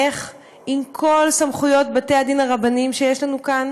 איך עם כל סמכויות בתי הדין הרבניים שיש לנו כאן